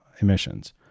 emissions